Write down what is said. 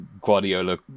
Guardiola